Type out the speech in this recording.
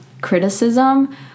criticism